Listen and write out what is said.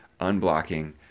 unblocking